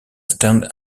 stands